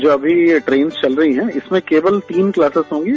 जो अभी ट्रेन चल रही है इसमे केवल तीन क्लासेस होगी